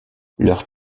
leur